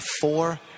four